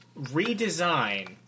redesign